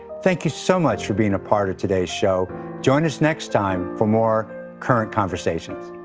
thank you so much for bing a part of today's show join us next time for more current conversations.